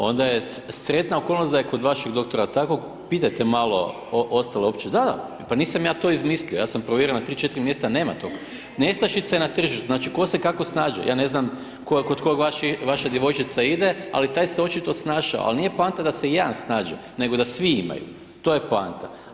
Onda je sretna okolnost da je kod vašeg doktora tako, pitajte malo ostale općine, da, da, pa nisam ja to izmislio, ja sam provjerio na 3, 4 mjesta nema tog, nestašica je na tržištu, znači tko se kako snađe, ja ne znam kod kog vaša djevojčica ide, ali taj se očitao snašao, ali nije poanta da se jedan snađe, nego da svi imaju, to je poanta.